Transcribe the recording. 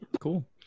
Cool